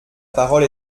parole